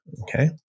okay